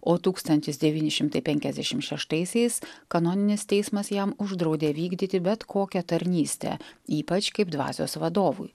o tūkstantis devyni šimtai penkiasdešimt šeštaisiais kanoninis teismas jam uždraudė vykdyti bet kokią tarnystę ypač kaip dvasios vadovui